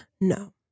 No